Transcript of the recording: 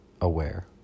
aware